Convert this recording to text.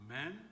Amen